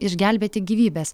išgelbėti gyvybes